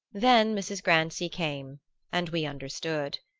then mrs. grancy came and we understood.